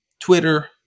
Twitter